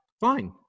fine